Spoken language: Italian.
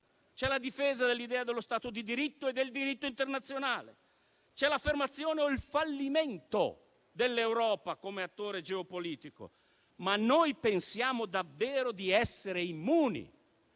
c'è la difesa dell'idea dello Stato di diritto e del diritto internazionale; c'è l'affermazione o il fallimento dell'Europa come attore geopolitico. Noi pensiamo davvero di essere immuni